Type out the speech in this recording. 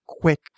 quick